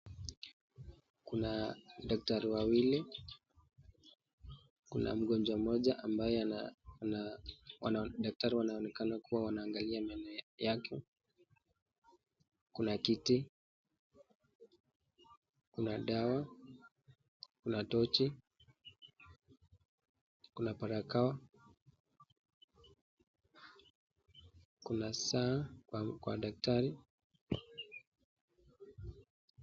Kuna daktari wawili, kuna mgonjwa mmoja ambaye daktari wanaonekana kuwa wanaangalia meno yake, kuna kiti, kuna dawa na tochi, kuna parakoa, kuna saa kwa daktari.